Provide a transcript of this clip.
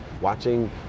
Watching